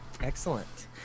Excellent